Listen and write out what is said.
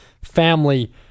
Family